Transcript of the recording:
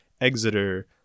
exeter